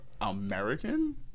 American